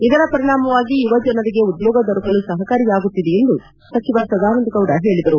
ಇದರ ಪರಿಣಾಮವಾಗಿ ಯುವ ಜನರಿಗೆ ಉದ್ಯೋಗ ದೊರಕಲು ಸಹಕಾರಿಯಾಗುತ್ತಿದೆ ಎಂದು ಸಚಿವ ಸದಾನಂದಗೌಡ ಹೇಳಿದರು